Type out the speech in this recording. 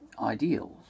ideals